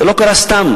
זה לא קרה סתם.